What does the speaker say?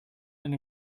and